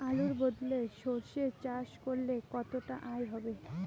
আলুর বদলে সরষে চাষ করলে কতটা আয় হবে?